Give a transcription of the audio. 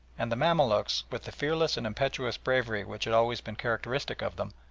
and the mamaluks, with the fearless and impetuous bravery which had always been characteristic of them,